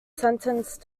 sentenced